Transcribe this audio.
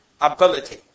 ability